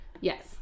yes